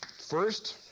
First